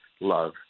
love